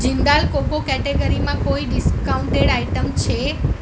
Jindal coco કેટેગરીમાં કોઈ discounted item છે